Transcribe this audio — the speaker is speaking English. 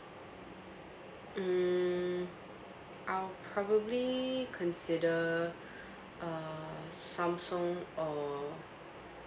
mm I'll probably consider uh samsung or